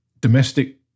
domestic